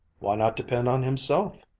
why not depend on himself?